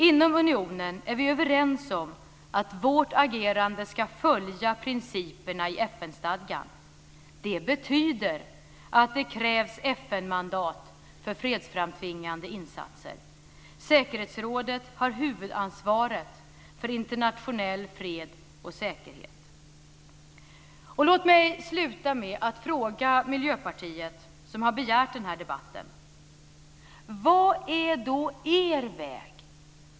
Inom unionen är vi överens om att vårt agerande ska följa principerna i FN-stadgan. Det betyder att det krävs FN-mandat för fredsframtvingande insatser. Säkerhetsrådet har huvudansvaret för internationell fred och säkerhet. Låt mig sluta med att fråga Miljöpartiet, som har begärt den här debatten: Vad är då er väg?